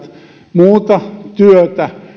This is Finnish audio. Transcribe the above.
muuta työtä